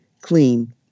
clean